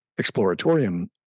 exploratorium